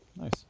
Nice